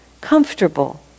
comfortable